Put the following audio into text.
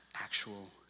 actual